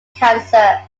cancer